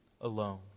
alone